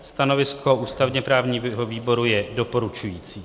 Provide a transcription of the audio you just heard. Stanovisko ústavněprávního výboru je doporučující.